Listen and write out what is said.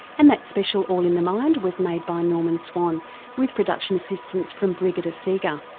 and that special all in the mind was made by norman swan with production assistance from brigitte seega.